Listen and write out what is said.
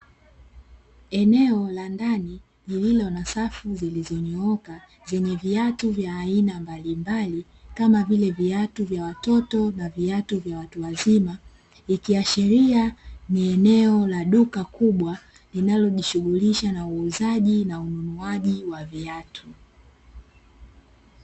Eneo la ndani lililo na safu zilizonyooka zenye viatu vya aina mbalimbali, kama vile viatu vya watoto na viatu vya watu wazima; ikiashiria ni eneo la duka kubwa linalojishughulisha na uuzaji na ununuaji wa viatu.